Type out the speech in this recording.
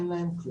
אין להם כלום.